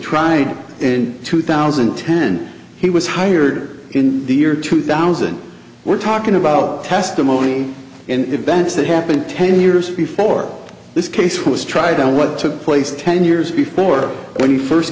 tried in two thousand and ten he was hired in the year two thousand we're talking about testimony and events that happened ten years before this case was tried and what took place ten years before when he first